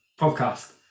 podcast